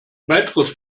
weiteres